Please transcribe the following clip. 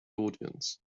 audience